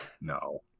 No